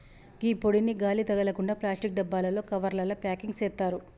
గీ పొడిని గాలి తగలకుండ ప్లాస్టిక్ డబ్బాలలో, కవర్లల ప్యాకింగ్ సేత్తారు